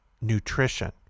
nutrition